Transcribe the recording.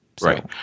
Right